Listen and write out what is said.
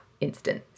instance